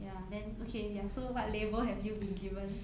ya then okay ya so what label have you been given